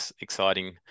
exciting